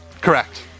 Correct